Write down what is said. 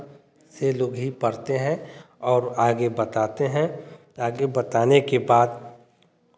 से लोग ही पढ़ते हैं और आगे बताते हैं आगे बताने के बाद